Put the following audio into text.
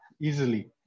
easily